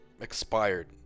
expired